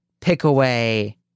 Pickaway